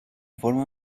forma